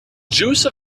juice